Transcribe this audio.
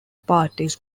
parties